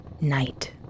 night